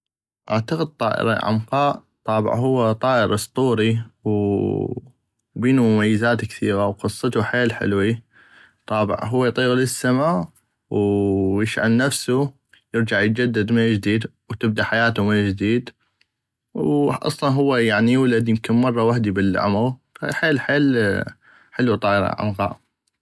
اعتقد طائر العنقاء طابع هو طائر اسطوري وبينو مميزات كثيغة وقصتو حيل حلوي طابع هو اطيغ للسماء ويشعل نفسو ويرجع يجدد من جديد وتبدا حياتو من جديد واصلا هو يولد مرة وحدي بل العمغ فحيل حيل حلو طائر العنقاء.